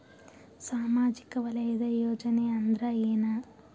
ಸಾಮಾಜಿಕ ವಲಯದ ಯೋಜನೆ ಅಂದ್ರ ಏನ?